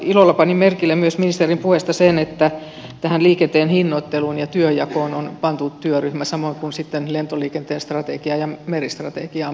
ilolla panin merkille ministerin puheesta myös sen että tähän liikenteen hinnoitteluun ja työnjakoon on pantu työryhmä samoin kuin lentoliikenteen strategiaan ja meristrategiaan